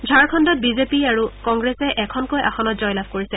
ঝাৰখণ্ডত বিজিপি আৰু কংগ্ৰেছে এখনকৈ আসনত জয়লাভ কৰিছে